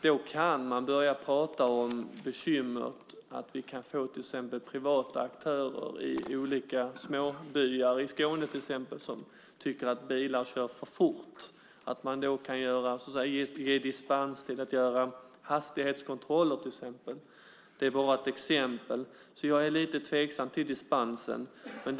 Då kan man börja tala om bekymret att vi till exempel kan få privata aktörer i olika småbyar i Skåne som tycker att bilar kör för fort. Man skulle till exempel kunna ge dispenser att göra hastighetskontroller. Det är bara ett exempel. Men jag är lite tveksam till dispenser.